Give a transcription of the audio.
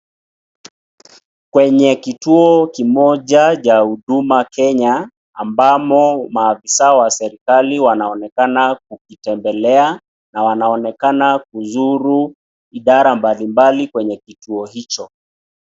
Kwenye kituo kimoja cha huduma Kenya, ambamo maafisa wa serikali wanaonekana kukitembelea na wanaonekana kuzuru idara mbalimbali kwenye kituo hicho.